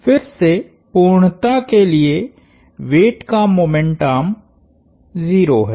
फिर से पूर्णता के लिए वेट का मोमेंट आर्म 0 है